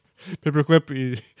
paperclip